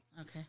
Okay